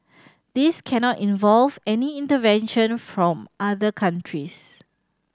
this cannot involve any intervention from other countries